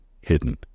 hidden